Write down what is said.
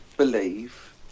Believe